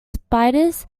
spiders